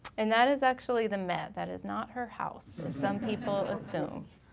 and that is actually the met, that is not her house as some people assume.